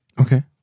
Okay